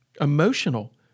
emotional